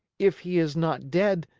if he is not dead,